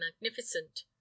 magnificent